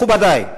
מכובדי,